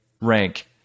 rank